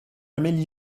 amélie